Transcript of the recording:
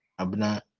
Abna